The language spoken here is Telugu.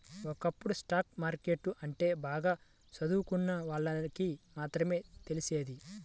ఒకప్పుడు స్టాక్ మార్కెట్టు అంటే బాగా చదువుకున్నోళ్ళకి మాత్రమే తెలిసేది